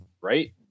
right